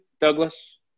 Douglas